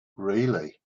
really